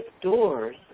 doors